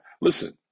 Listen